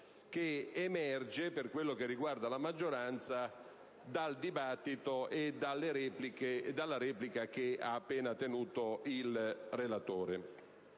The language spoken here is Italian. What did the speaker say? che emerge, per quello che riguarda la maggioranza, dal dibattito e dalla replica che ha appena tenuto il relatore.